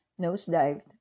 nosedived